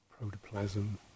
protoplasm